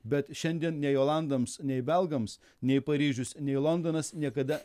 bet šiandien nei olandams nei belgams nei paryžius nei londonas niekada